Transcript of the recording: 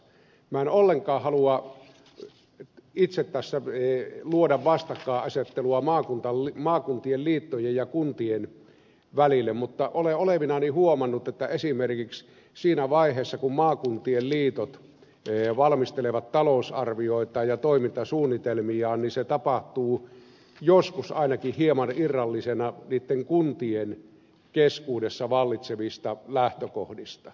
minä en ollenkaan halua itse tässä luoda vastakkainasettelua maakuntien liittojen ja kuntien välille mutta olen olevinani huomannut että esimerkiksi siinä vaiheessa kun maakuntien liitot valmistelevat talousarvioitaan ja toimintasuunnitelmiaan niin se tapahtuu joskus ainakin hieman irrallisena niitten kuntien keskuudessa vallitsevista lähtökohdista